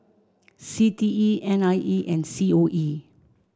C T E N I E and C O E